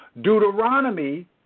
Deuteronomy